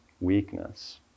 weakness